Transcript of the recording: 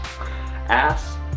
Ass